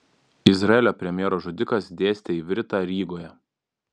izraelio premjero žudikas dėstė ivritą rygoje